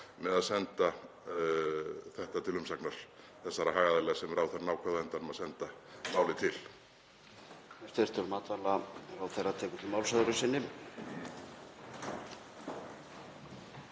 með að senda þetta til umsagnar þessara hagaðila sem ráðherrann ákvað á endanum að senda málið til?